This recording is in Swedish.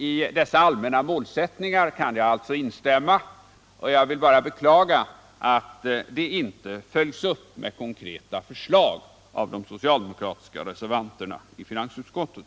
I dessa allmänna målsättningar kan jag alltså instämma, och jag vill bara beklaga att de inte följs upp med konkreta förslag av de socialdemokratiska reservanterna i finansutskottet.